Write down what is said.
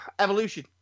evolution